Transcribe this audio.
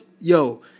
yo